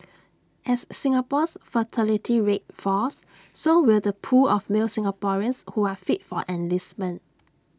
as Singapore's fertility rate falls so will the pool of male Singaporeans who are fit for enlistment